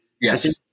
Yes